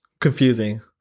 confusing